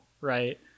right